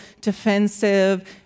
defensive